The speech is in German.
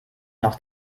noch